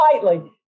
Slightly